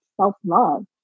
self-love